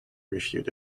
refute